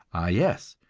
ah, yes,